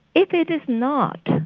if it is not,